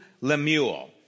Lemuel